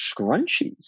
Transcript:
scrunchies